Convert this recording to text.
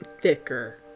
thicker